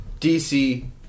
DC